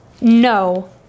No